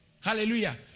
hallelujah